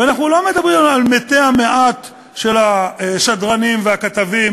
ואנחנו לא מדברים על מתי המעט של השדרנים והכתבים,